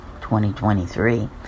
2023